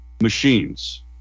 machines